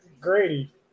Grady